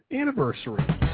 Anniversary